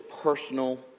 personal